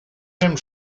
même